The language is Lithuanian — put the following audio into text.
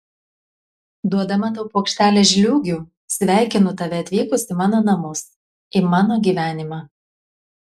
duodama tau puokštelę žliūgių sveikinu tave atvykus į mano namus į mano gyvenimą